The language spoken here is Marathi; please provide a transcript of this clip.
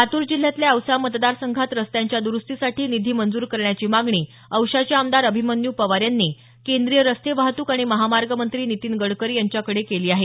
लातूर जिल्ह्यातल्या औसा मतदारसंघात रस्त्यांच्या दुरुस्तीसाठी निधी मंजूर करण्याची मागणी औशाचे आमदार अभिमन्यू पवार यांनी केंद्रीय रस्ते वाहतूक आणि महामार्ग मंत्री नितीन गडकरी यांच्याकडे केली आहे